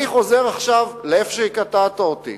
אני חוזר עכשיו לאיפה שקטעת אותי.